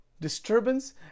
disturbance